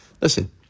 listen